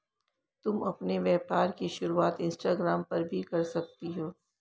तुम अपने व्यापार की शुरुआत इंस्टाग्राम पर भी कर सकती हो